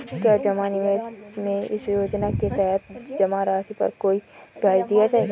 क्या जमा निवेश में इस योजना के तहत जमा राशि पर कोई ब्याज दिया जाएगा?